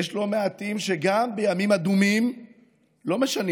יש לא מעטים שגם בימים אדומים לא משנים